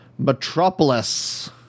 metropolis